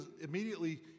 immediately